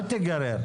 אל תיגרר.